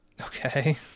Okay